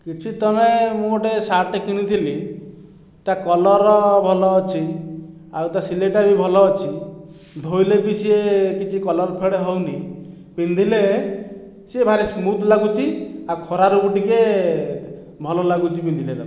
କିଛି ତଳେ ମୁଁ ଗୋଟିଏ ସାର୍ଟଟିଏ କିଣିଥିଲି ତା' କଲର ଭଲ ଅଛି ଆଉ ତା' ସିଲେଇଟା ବି ଭଲ ଅଛି ଧୋଇଲେ ବି ସେ କିଛି କଲର ଫେଡ୍ ହେଉନାହିଁ ପିନ୍ଧିଲେ ସେ ଭାରି ସ୍ମୁଥ୍ ଲାଗୁଛି ଆଉ ଖରାରୁ ବି ଟିକିଏ ଭଲ ଲାଗୁଛି ପିନ୍ଧିଲେ ତାକୁ